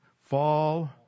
fall